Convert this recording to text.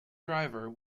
driver